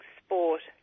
sport